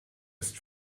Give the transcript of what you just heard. ist